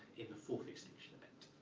in the fourth extinction event.